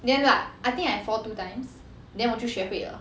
then like I think I fall two times then 我就学会了